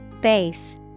Base